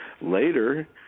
Later